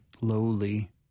lowly